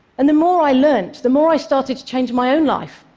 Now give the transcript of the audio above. and the more i learned, the more i started to change my own life.